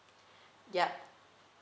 yup